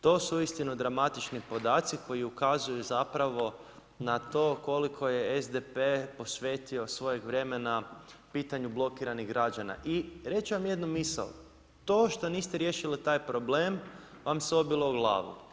To su uistinu dramatični podaci koji ukazuju zapravo na to koliko je SDP posvetio svojeg vremena pitanju blokiranih građana i reći ću vam jednu misao, to što niste riješili taj problem vam se obilo o glavu.